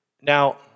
Now